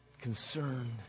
concerned